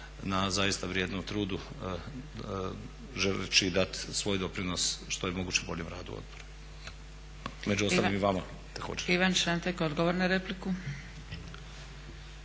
na zaista vrijednom trudu želeći dati svoj doprinos što je moguće boljem radu odbora. Među ostalim i vama također.